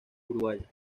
uruguaya